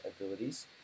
abilities